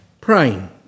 Praying